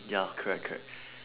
ya correct correct